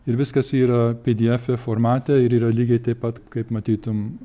ir viskas yra pėdėefe formate ir yra lygiai taip pat kaip matytum